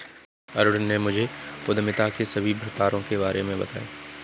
अरुण ने मुझे उद्यमिता के सभी प्रकारों के बारे में बताएं